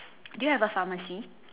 do you have a pharmacy